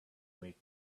make